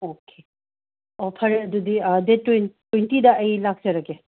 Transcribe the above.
okay ꯑꯣ ꯐꯔꯦ ꯑꯗꯨꯗꯤ ꯗꯦꯠ ꯇ꯭ꯋꯦꯟ ꯇ꯭ꯋꯦꯟꯇꯤꯗ ꯑꯩ ꯂꯥꯛꯆꯔꯒꯦ